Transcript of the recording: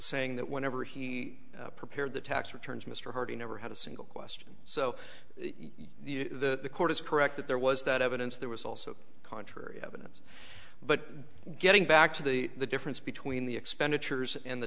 saying that whenever he prepared the tax returns mr harding never had a single question so you know the court is correct that there was that evidence there was also contrary evidence but getting back to the the difference between the expenditures and the